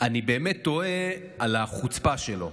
ואני באמת תוהה על החוצפה שלו,